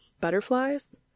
butterflies